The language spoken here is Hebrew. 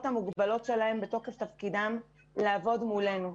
המוגבלות שלהם בתוקף תפקידם על מנת לעזור לנו.